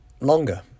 longer